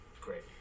great